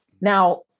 Now